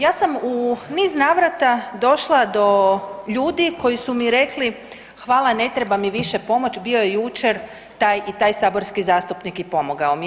Ja sam u niz navrata došla do ljudi koji su mi rekli: Hvala, ne treba mi više pomoć bio je jučer taj i taj saborski zastupnik i pomogao mi je.